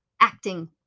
acting